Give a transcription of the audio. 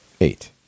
eight